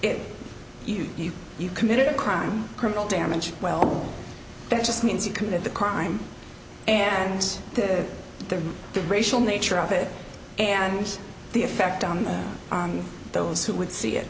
if you do you committed a crime criminal damage well that just means you committed the crime and that the the racial nature of it and the effect on those who would see it